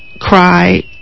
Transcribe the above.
cry